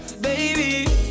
baby